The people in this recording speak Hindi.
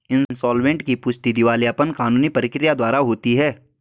इंसॉल्वेंट की पुष्टि दिवालियापन कानूनी प्रक्रिया के द्वारा होती है